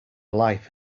life